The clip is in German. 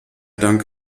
dank